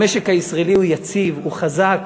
המשק הישראלי הוא יציב, הוא חזק.